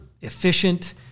efficient